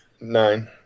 Nine